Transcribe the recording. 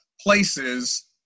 places